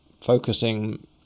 focusing